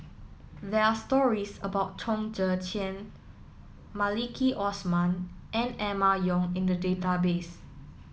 there are stories about Chong Tze Chien Maliki Osman and Emma Yong in the database